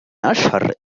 أشهر